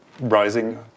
rising